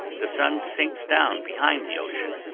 the sun sinks down behind the ocean,